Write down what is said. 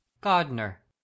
gardener